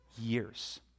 years